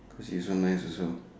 cause she's so nice also